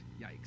Yikes